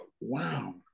wow